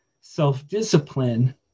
self-discipline